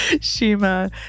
Shima